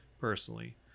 personally